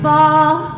Fall